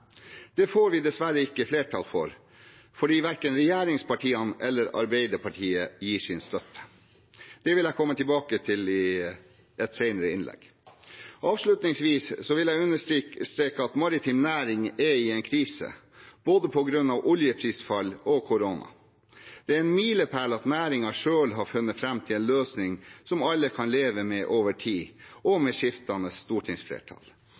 Det får vi dessverre ikke flertall for, for verken regjeringspartiene eller Arbeiderpartiet gir sin støtte. Det vil jeg komme tilbake til i et senere innlegg. Avslutningsvis vil jeg understreke at maritim næring er i en krise, både på grunn av oljeprisfall og korona. Det er en milepæl at næringen selv har funnet fram til en løsning som alle kan leve med over tid, og med skiftende stortingsflertall.